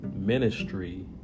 Ministry